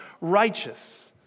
righteous